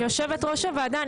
יושבת ראש הוועדה,